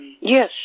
Yes